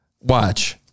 Watch